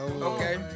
Okay